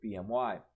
BMY